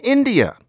India